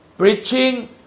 preaching